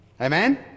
Amen